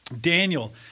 Daniel